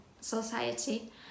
society